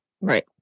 Right